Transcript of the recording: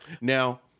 Now